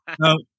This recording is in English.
No